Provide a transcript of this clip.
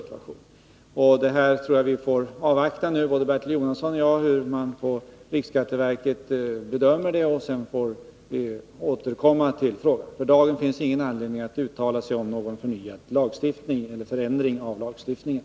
Jag tror att både Bertil Jonasson och jag får lov att avvakta och se hur riksskatteverket bedömer frågan. Sedan får vi återkomma. För dagen finns det ingen anledning att uttala sig om en förändring av lagstiftningen.